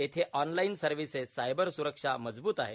येथे online services cyber सुरक्षा मजबूत आहे